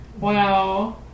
Wow